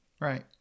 Right